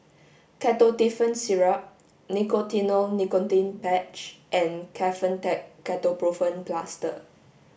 Ketotifen Syrup Nicotinell Nicotine Patch and Kefentech Ketoprofen Plaster